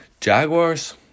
Jaguars